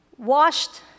washed